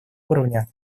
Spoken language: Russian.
уровня